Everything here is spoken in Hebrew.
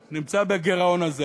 4 מיליארדי שקלים, נמצא בגירעון הזה.